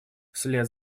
вслед